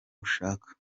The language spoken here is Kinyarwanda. ushaka